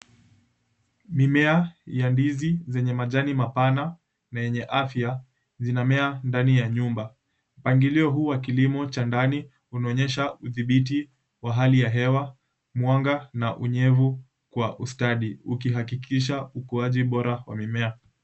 Mimea ya ndizi zenye majani mapana na yenye afya, zinamea ndani ya nyumba. Mpangilio huu wa kilimo cha ndani unaonyesha udhibiti wa hali ya hewa, mwanga na unyevu kwa ustadi ukihakikisha ukuaji bora wa mimea.